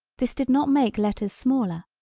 this did not make letters smaller.